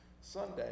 Sunday